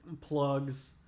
plugs